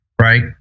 right